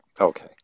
Okay